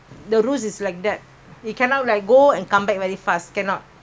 batam also they will quarantine fourteen days